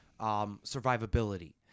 survivability